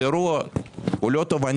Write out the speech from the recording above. זה אירוע לא טוב.